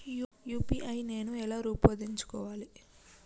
UPI నేను ఎలా రూపొందించుకోవాలి?